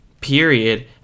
period